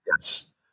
Yes